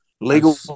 Legal